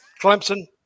Clemson